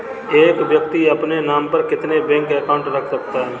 एक व्यक्ति अपने नाम पर कितने बैंक अकाउंट रख सकता है?